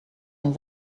een